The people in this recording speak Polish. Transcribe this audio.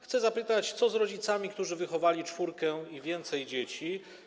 Chcę zapytać: Co z rodzicami, którzy wychowali czwórkę i więcej dzieci?